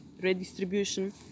redistribution